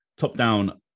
top-down